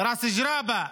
ראס ג'ראבה,